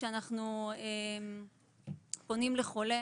כשאנחנו פונים לחולה,